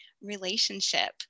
relationship